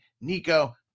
Nico